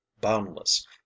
boundless